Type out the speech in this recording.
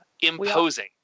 imposing